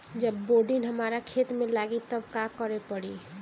जब बोडिन हमारा खेत मे लागी तब का करे परी?